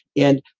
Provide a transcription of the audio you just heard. and,